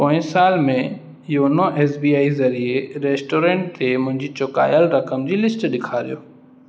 पोइ साल में योनो एस बी आई ज़रिए रेस्टोरेंट ते मुंहिंजी चुकायलु रक़म जी लिस्ट ॾेखारियो